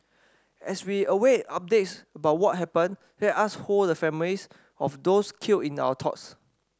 as we await updates about what happened let us hold the families of those killed in our thoughts